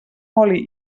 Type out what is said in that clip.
oli